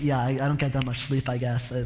yeah i, i don't get that much sleep i guess